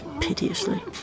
piteously